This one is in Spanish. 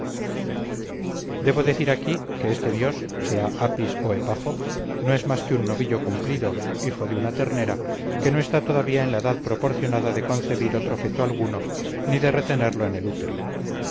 debo decir aquí que este dios sea apis o epafo no es más que un novillo cumplido hijo de una ternera que no está todavía en la edad proporcionada de concebir otro feto alguno ni de retenerlo en el útero